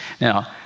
Now